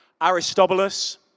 Aristobulus